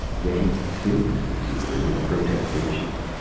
yet he seemed sincere in his protestations.